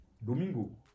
Domingo